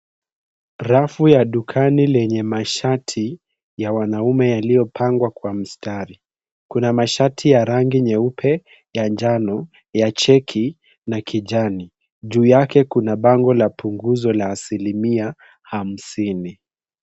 Rafu ya dukani lenye mashati ya wanaume yaliyopangwa kwa mstari. Kuna mashati ya rangi nyeupe, ya njano, ya cheki na kijani. Juu yake kuna bango ya punguzo la 50%.